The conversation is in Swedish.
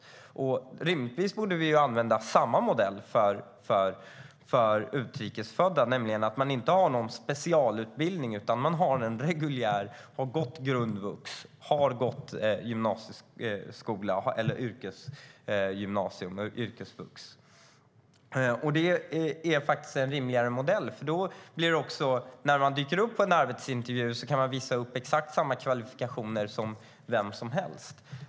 Vi borde rimligtvis använda samma modell för utrikesfödda, nämligen att inte ha någon specialutbildning utan en reguljär utbildning - grundvux, gymnasieskola, yrkesgymnasium och yrkesvux. Det är en rimligare modell. När man dyker upp på en arbetsintervju kan man visa upp exakt samma kvalifikationer som vem som helst.